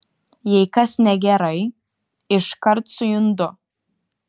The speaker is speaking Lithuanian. jei kas negerai iškart sujundu